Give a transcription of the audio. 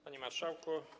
Panie Marszałku!